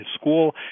school